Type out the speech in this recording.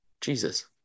Jesus